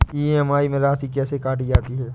EMI में राशि कैसे काटी जाती है?